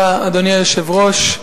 אדוני היושב-ראש,